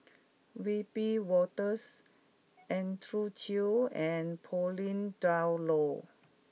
Wiebe Wolters Andrew Chew and Pauline Dawn Loh